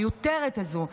המיותרת הזאת,